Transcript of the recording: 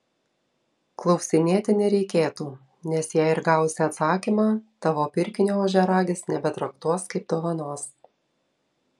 klausinėti nereikėtų nes jei ir gausi atsakymą tavo pirkinio ožiaragis nebetraktuos kaip dovanos